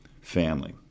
family